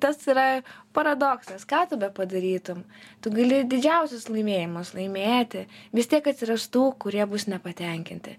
tas yra paradoksas ką tu bepadarytum tu gali didžiausius laimėjimus laimėti vis tiek atsiras tų kurie bus nepatenkinti